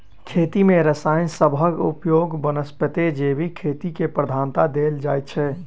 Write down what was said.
खेती मे रसायन सबहक उपयोगक बनस्पैत जैविक खेती केँ प्रधानता देल जाइ छै